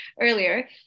earlier